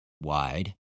wide